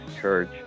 Church